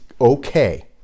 okay